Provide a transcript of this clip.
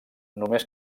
només